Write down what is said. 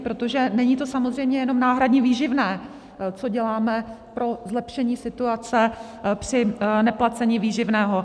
Protože není to samozřejmě jenom náhradní výživné, co děláme pro zlepšení situace při neplacení výživného.